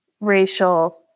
racial